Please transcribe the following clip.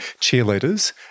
cheerleaders